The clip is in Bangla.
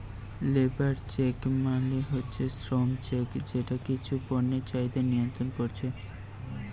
লেবার চেক মানে হচ্ছে শ্রম চেক যেটা কিছু পণ্যের চাহিদা নিয়ন্ত্রণ কোরছে